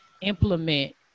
implement